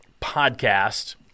podcast